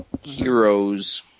heroes –